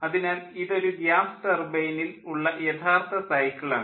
അതിനാൽ ഇത് ഒരു ഗ്യാസ് ടർബൈനിൽ ഉള്ള യഥാർത്ഥ സൈക്കിൾ ആണ്